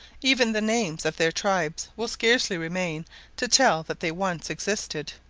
even the names of their tribes will scarcely remain to tell that they once existed.